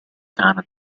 canada